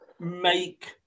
make